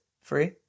Free